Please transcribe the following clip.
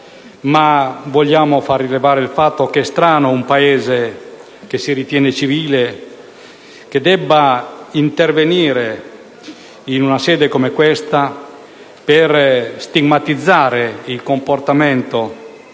ma desidero rilevare il fatto che è strano che un Paese che si ritiene civile debba intervenire in una sede come questa per stigmatizzare il comportamento